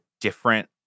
different